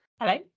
Hello